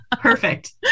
Perfect